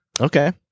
Okay